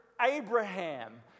Abraham